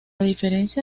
diferencia